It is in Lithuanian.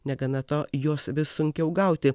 negana to jos vis sunkiau gauti